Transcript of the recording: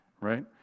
right